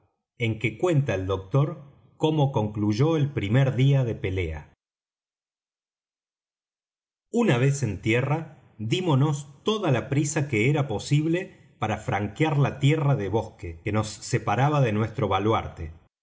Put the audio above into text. en que cuenta el doctor cómo concluyó el primer día de pelea una vez en tierra dímonos toda la prisa que era posible para franquear la tierra de bosque que nos separaba de nuestro baluarte